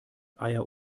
eier